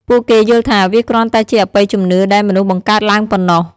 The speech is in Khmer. ពួកគេយល់ថាវាគ្រាន់តែជាអបិយជំនឿដែលមនុស្សបង្កើតឡើងប៉ុណ្ណោះ។